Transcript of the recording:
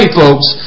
folks